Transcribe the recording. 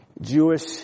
Jewish